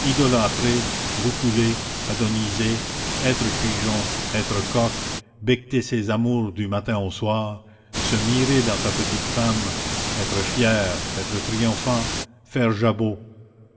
idolâtrer roucouler adoniser être pigeon être coq becqueter ses amours du matin au soir se mirer dans sa petite femme être fier être triomphant faire jabot